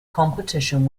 competition